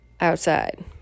outside